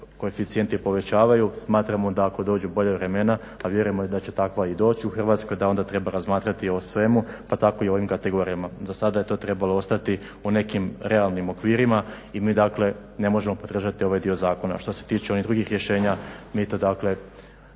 koeficijenti povećavaju smatramo da ako dođu bolja vremena a vjerujemo da će takva i doć u Hrvatsku, da onda treba razmatrati o svemu, pa tako i o ovim kategorijama. Za sada je to trebalo ostati u nekim realnim okvirima i mi dakle ne možemo podržati ovaj dio zakona. Što se tiče ovih drugih rješenja mi to dakle